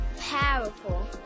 Powerful